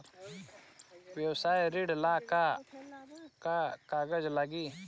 व्यवसाय ऋण ला का का कागज लागी?